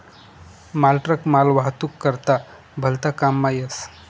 मालट्रक मालवाहतूक करता भलता काममा येस